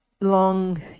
long